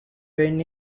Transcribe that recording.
when